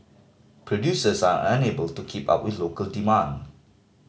producers are unable to keep up with local demand